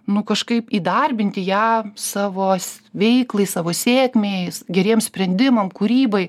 nu kažkaip įdarbinti ją savos veiklai savo sėkmei geriems sprendimams kūrybai